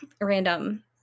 Random